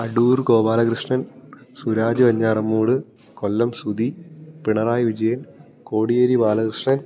Adoor Gopalakrishnan Suraj Venjaramoodu Kollam Sudhi Pinarayi Vijayan Kodiyeri Balakrishnan